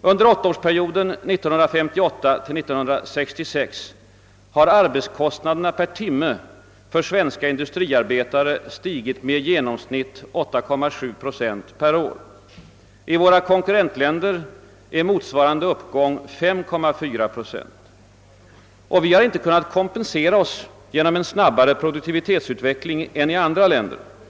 Under åttaårsperioden 1958—1966 har arbetskostnaderna per timme för svenska industriarbetare stigit med i genomsnitt 8,7 procent per år. I våra konkurrensländer är motsvarande uppgång 5,4 procent. Vi har inte kunnat kompensera oss genom en snabbare produktivitetsutveckling än i andra länder.